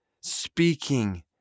speaking